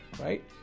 Right